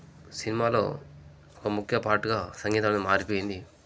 సినిమాలో ఒక ముఖ్య పార్ట్గా సంగీతం అనేది మారిపోయింది